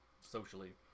socially